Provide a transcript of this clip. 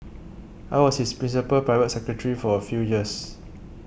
I was his principal private secretary for a few years